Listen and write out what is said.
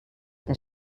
der